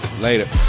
Later